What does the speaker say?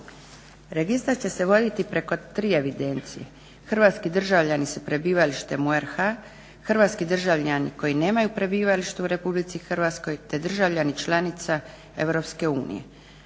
Registar će se voditi preko tri evidencije, hrvatski državljani s prebivalištem u RH, hrvatski državljani koji nemaju prebivalište u RH, te državljani članica EU